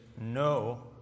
no